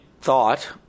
thought